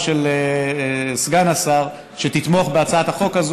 של סגן השר שתתמוך בהצעת החוק הזאת.